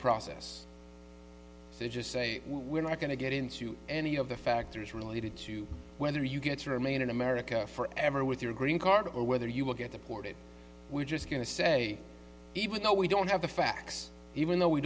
process to just say we're not going to get into any of the factors related to whether you get to remain in america forever with your green card or whether you will get deported we're just going to say even though we don't have the facts even though we